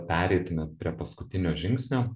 pereitumėt prie paskutinio žingsnio